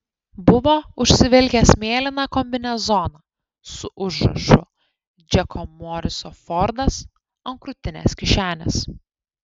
buvo užsivilkęs mėlyną kombinezoną su užrašu džeko moriso fordas ant krūtinės kišenės